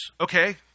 okay